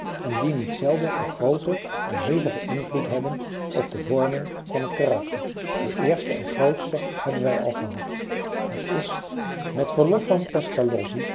en die niet zelden een grooten en hevigen invloed hebben op de vorming van het karakter de eerste en grootste hebben wij al gehad het is met verlof van pestalozzi